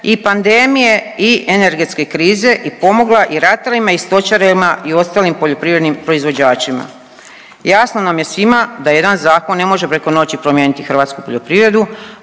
i pandemije i energetske krize i pomogla i ratarima i stočarima i ostalim poljoprivrednim proizvođačima. Jasno nam je svima da jedan zakon ne može preko noći promijeniti hrvatsku poljoprivredu,